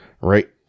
Right